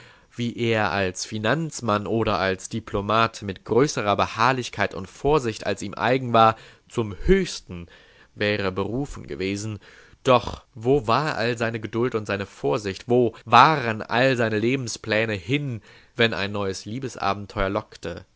wie er als finanzmann oder als diplomat mit größerer beharrlichkeit und vorsicht als ihm eigen war zum höchsten wäre berufen gewesen doch wo war all seine geduld und seine vorsicht wo waren alle seine lebenspläne hin wenn ein neues liebesabenteuer lockte